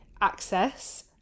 access